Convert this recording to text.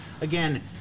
again –